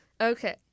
Okay